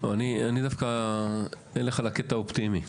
אני דווקא אלך על הקטע האופטימי.